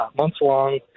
months-long